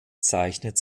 zeichnet